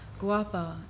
guapa